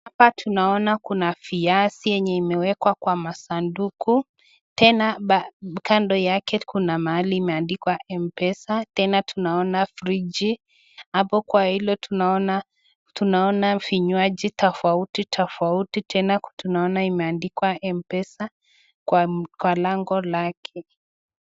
Hapa tunaona kuna viazi yenye imewekwa kwenye saduku tena kando yake kuna mahali imeendikwa mpesa, tena tunaona friji, hapo kwa hilo tunaona vinywaji tofauti tofauti tena tunaona imeandikwa mpesa kwa lango lake.